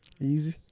Easy